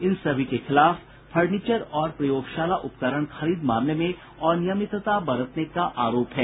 इन सभी के खिलाफ फर्नीचर और प्रयोगशाला उपकरण खरीद मामले में अनियमितता बरतने का आरोप है